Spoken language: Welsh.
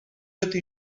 ydy